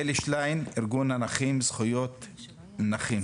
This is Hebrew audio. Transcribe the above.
אלי שליין, ארגון הנכים זכויות נכים.